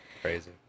Crazy